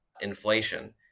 inflation